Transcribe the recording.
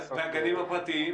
מה לגבי הגנים הפרטיים?